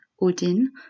Odin